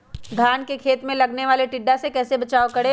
धान के खेत मे लगने वाले टिड्डा से कैसे बचाओ करें?